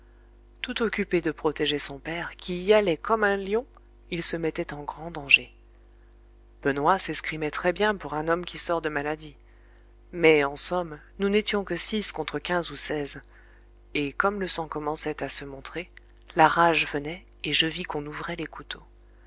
tout occupé de protéger son père qui y allait comme un lion il se mettait en grand danger benoît s'escrimait très-bien pour un homme qui sort de maladie mais en somme nous n'étions que six contre quinze ou seize et comme le sang commençait à se montrer la rage venait et je vis qu'on ouvrait les couteaux